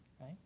right